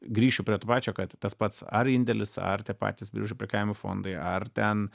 grįšiu prie to pačio kad tas pats ar indėlis ar tie patys biržų prekiavimo fondai ar ten